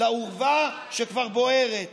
לאורווה שכבר בוערת.